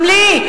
גם לך.